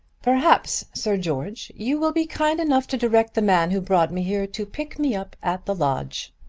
perhaps, sir george, you will be kind enough to direct the man who brought me here to pick me up at the lodge.